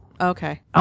Okay